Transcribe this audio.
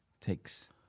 takes